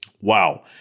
Wow